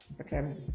Okay